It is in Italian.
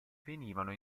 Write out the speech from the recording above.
venivano